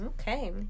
okay